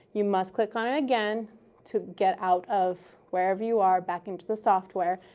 you must click on it again to get out of wherever you are back into the software.